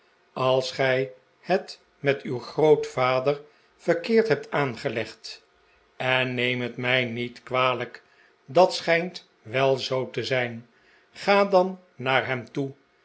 als gij het met uw grootvader verkeerd hebt aangelegd en neem het mij niet kwalijk dat schijnt wel zoo te zijn ga dan naar hem toe